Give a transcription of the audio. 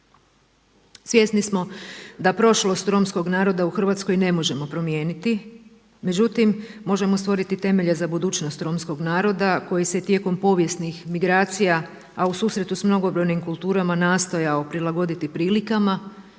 Svjesni smo da prošlost romskog naroda u Hrvatskoj ne možemo promijeniti. Međutim, možemo stvoriti temelje za budućnost romskog naroda koji se tijekom povijesnih migracija, a u susretu s mnogobrojnim kulturama nastojao prilagoditi prilikama,